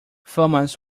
thomas